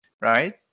right